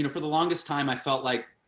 for the longest time i felt like,